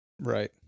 Right